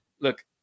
look